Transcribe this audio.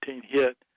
hit